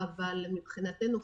אבל מבחינתנו,